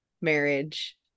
marriage